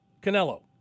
Canelo